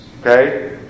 Okay